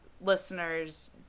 listeners